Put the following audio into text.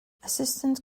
assistant